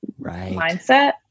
mindset